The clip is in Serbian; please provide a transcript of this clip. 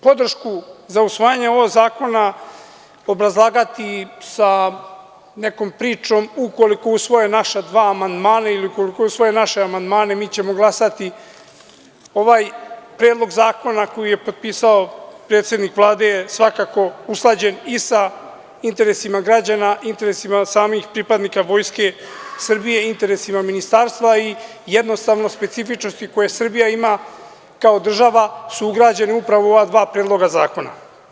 Podršku za usvajanje ovog zakona obrazlagati sa nekom pričom – ukoliko usvoje naša dva amandmana ili ukoliko usvoje naše amandmane, mi ćemo glasati, ovaj predlog zakona koji je potpisao predsednik Vlade je svakako usklađen i sa interesima građana, interesima samih pripadnika Vojske Srbije i interesima Ministarstva i jednostavno specifičnosti koje Srbija ima kao država su ugrađene upravo u ova dva predloga zakona.